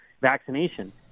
vaccination